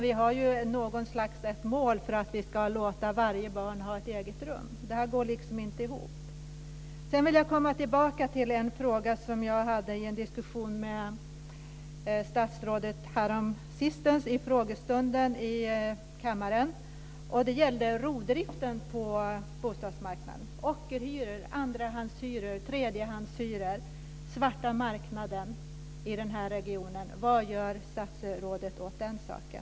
Vi har något slags mål om att vi ska låta varje barn ha ett eget rum. Det här går liksom inte ihop. Sedan vill jag komma tillbaka till en diskussion som jag hade med statsrådet häromsistens i frågestunden i kammaren. Det gällde rovdriften på bostadsmarknaden; ockerhyror, andrahandshyror och tredjehandshyror, den svarta marknaden i den här regionen. Vad gör statsrådet åt den saken?